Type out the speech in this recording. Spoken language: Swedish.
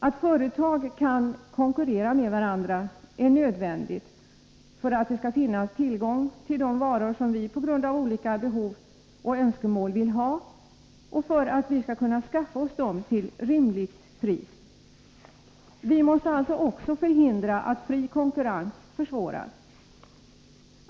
Att företag kan konkurrera med varandra är nödvändigt för att det skall finnas tillgång till de varor som vi på grund av olika behov och önskemål vill ha och för att vi skall kunna skaffa dem till rimligt pris. Vi måste alltså förhindra att fri konkurrens försvåras.